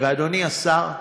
ואדוני השר,